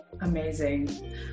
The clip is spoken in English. Amazing